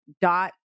dot